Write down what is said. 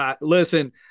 listen